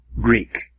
Greek